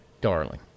Darling